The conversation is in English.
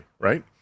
right